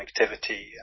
connectivity